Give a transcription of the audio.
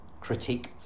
critique